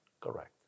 Correct